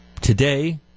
today